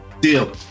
Deal